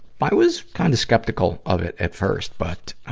i was kind of skeptical of it at first. but,